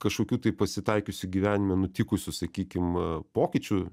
kažkokių tai pasitaikiusių gyvenime nutikusių sakykim pokyčių